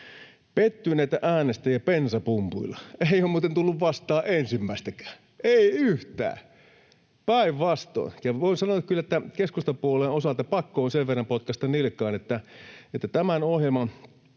Pettyneitä äänestäjiä bensapumpuilla — ei ole muuten tullut vastaan ensimmäistäkään, ei yhtään, päinvastoin. Voin sanoa kyllä, että keskustapuolueen osalta pakko on sen verran potkaista nilkkaan, että jos me tämän ohjelman